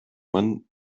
man